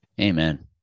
Amen